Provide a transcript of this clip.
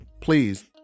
please